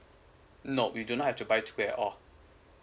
no you don't have to buy to wear all or